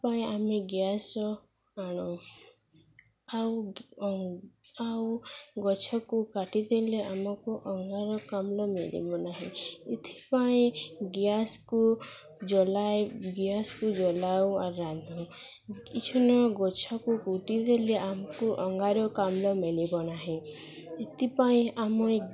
ଏଥିପାଇଁ ଆମେ ଗ୍ୟାସ ଆଣୁ ଆଉ ଆଉ ଗଛକୁ କାଟିଦେଲେ ଆମକୁ ଅଙ୍ଗାରକାମ୍ଳ ମିଳିବ ନାହିଁ ଏଥିପାଇଁ ଗ୍ୟାସକୁ ଜଲାଇ ଗ୍ୟାସକୁ ଜଲାଉ ଆରୁ ରାନ୍ଧୁ କିଛୁନ ଗଛକୁ କୁଟିଦେଲେ ଆମକୁ ଅଙ୍ଗାରକାମ୍ଳ ମିଳିବ ନାହିଁ ଏଥିପାଇଁ ଆମେ